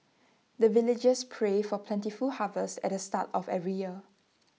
the villagers pray for plentiful harvest at the start of every year